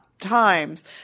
times